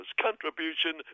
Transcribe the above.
Contribution